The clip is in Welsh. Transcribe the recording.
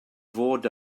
fod